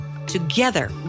Together